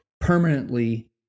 permanently